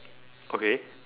okay